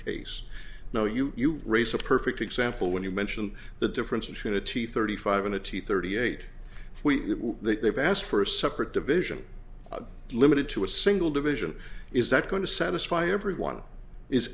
case now you raise a perfect example when you mention the difference between a teeth thirty five and a t thirty eight week they've asked for a separate division limited to a single division is that going to satisfy everyone is